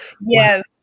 Yes